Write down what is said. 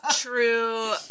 true